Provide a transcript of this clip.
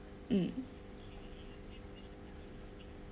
mm